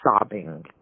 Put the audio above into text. sobbing